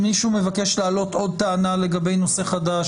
אם מישהו מבקש להעלות עוד טענה לגבי נושא חדש,